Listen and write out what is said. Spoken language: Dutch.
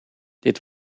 dit